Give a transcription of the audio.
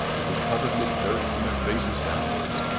and be covered with dirt from their faces downwards,